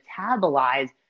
metabolize